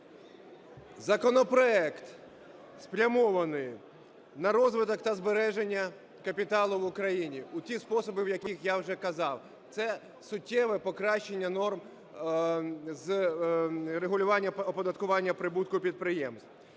Законопроект спрямований на розвиток та збереження капіталу в Україні у ті способи, в які я вже казав. Це суттєве покращення норм з регулювання оподаткування прибутку підприємств.